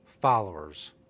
followers